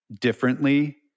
differently